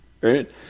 right